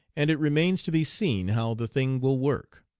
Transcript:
and it remains to be seen how the thing will work.